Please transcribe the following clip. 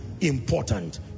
important